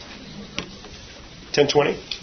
10.20